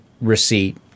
receipt